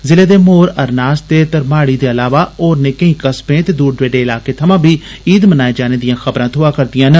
जिले दे माहौर अरनास ते धरमाड़ी दे इलावा होरने केई कस्बे ते दूर दरेडे इलाकें थमां बी ईद मनाए जाने दियां खबरां थोआ करदियां न